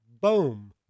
Boom